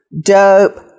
dope